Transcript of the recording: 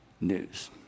news